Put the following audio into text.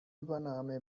übernahme